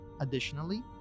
additionally